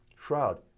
Shroud